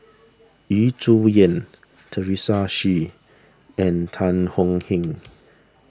Yu Zhuye Teresa Hsu and Tan Thuan Heng